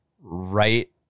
right